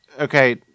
okay